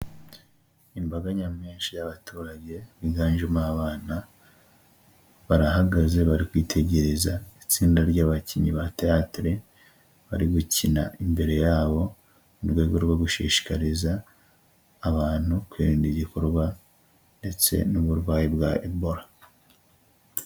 Imbaga nyamwinshi y'abaturage biganjemo abana, barahagaze bari kwitegereza itsinda ry'abakinnyi ba teyatere, bari gukina imbere yabo mu rwego rwo gushishikariza abantu kwirinda igikorwa ndetse n'uburwayi bwa ebora.